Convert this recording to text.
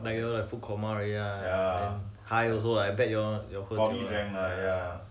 like you all like food coma already lah high also lah I bet you all you also also